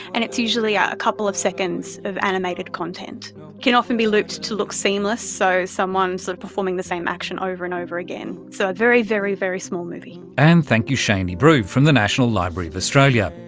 and it's usually a couple of seconds of animated content. it can often be looped to look seamless, so someone sort of performing the same action over and over again. so a very, very, very small movie. and thank you cheney brew from the national library of australia.